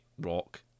rock